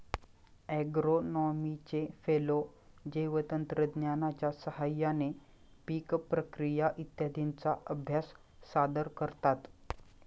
ॲग्रोनॉमीचे फेलो जैवतंत्रज्ञानाच्या साहाय्याने पीक प्रक्रिया इत्यादींचा अभ्यास सादर करतात